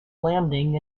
landing